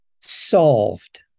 solved